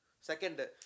Second